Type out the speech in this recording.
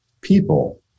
people